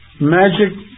Magic